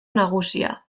nagusia